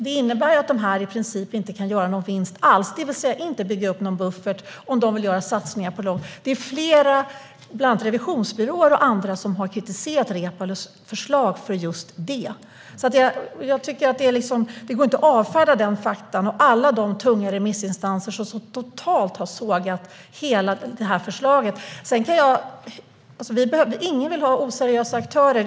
Det innebär att dessa företagare i princip inte kan göra någon vinst alls, det vill säga inte bygga upp någon buffert om de vill göra långsiktiga satsningar. Bland annat revisionsbyråer har kritiserat Reepalus förslag på just den punkten. Det går inte att avfärda dessa fakta och alla de tunga remissinstanser som totalt har sågat förslaget. Ingen vill se oseriösa aktörer.